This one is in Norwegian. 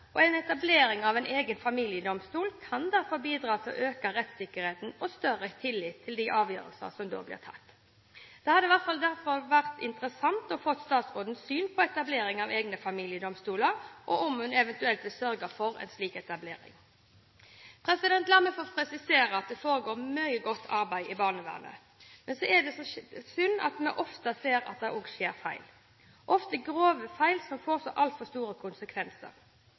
Etablering av en egen familiedomstol kan derfor bidra til å øke rettssikkerheten og føre til større tillit til de avgjørelser som da blir tatt. Det hadde vært interessant å få statsrådens syn på etablering av egne familiedomstoler, og om hun eventuelt vil sørge for en slik etablering. La meg få presisere at det foregår mye godt arbeid i barnevernet. Men så er det så synd at vi ofte ser at det også skjer feil, ofte grove feil, som får så altfor store konsekvenser.